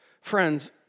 Friends